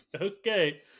Okay